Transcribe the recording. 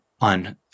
on